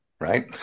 right